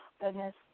goodness